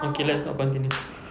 okay let's not continue